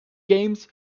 games